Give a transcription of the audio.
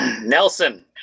Nelson